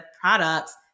products